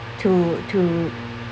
to to